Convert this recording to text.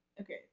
Okay